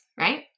right